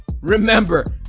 Remember